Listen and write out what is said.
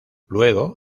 luego